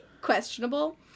questionable